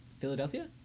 philadelphia